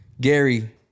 Gary